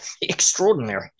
extraordinary